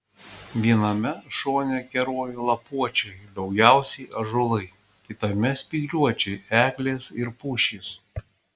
viename šone kerojo lapuočiai daugiausiai ąžuolai kitame spygliuočiai eglės ir pušys